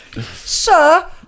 Sir